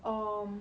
um